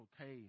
okay